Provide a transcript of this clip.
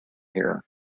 here